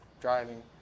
driving